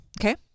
Okay